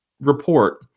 report